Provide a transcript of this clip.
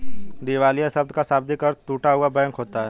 दिवालिया शब्द का शाब्दिक अर्थ टूटा हुआ बैंक होता है